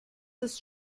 ist